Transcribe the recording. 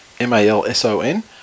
M-A-L-S-O-N